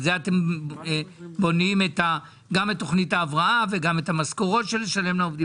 על זה אתם בונים גם את תוכנית ההבראה וגם את המשכורות שישולמו לעובדים.